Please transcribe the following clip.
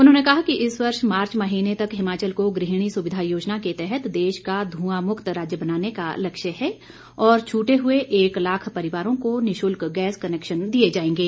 उन्होंने कहा कि इस वर्ष मार्च महीने तक हिमाचल को गृहणी सुविधा योजना के तहत देश का धुंआ मुक्त राज्य बनाने का लक्ष्य है और छूटे हुए एक लाख परिवारों को निशुल्क गैस कनेक्शन दिए जाएंगे